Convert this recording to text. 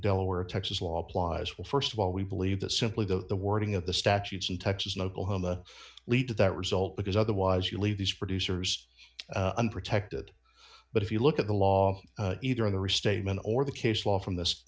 delaware texas law applies well st of all we believe that simply the wording of the statutes in texas and oklahoma lead to that result because otherwise you leave these producers unprotected but if you look at the law either in the restatement or the case law from this